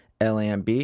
LAMB